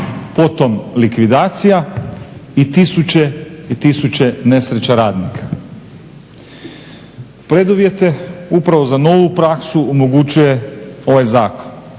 potom likvidacija i tisuće i tisuće nesreće radnika. Preduvjete upravo za novu praksu omogućuje ovaj zakon.